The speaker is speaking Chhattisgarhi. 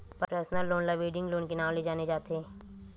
परसनल लोन ल वेडिंग लोन के नांव ले जाने जाथे